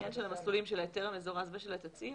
העניין של המסלולים של ההיתר המזורז ושל התצהיר,